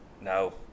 No